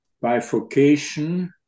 bifurcation